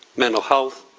mental health,